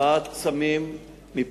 הבאת סמים מפנמה,